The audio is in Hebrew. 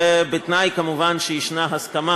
ובתנאי, כמובן, שיש הסכמה